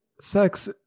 Sex